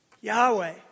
Yahweh